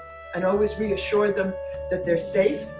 and always reassure them that they're safe